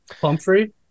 Pumphrey